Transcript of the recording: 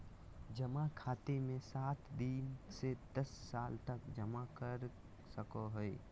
जमा खाते मे सात दिन से दस साल तक जमा कर सको हइ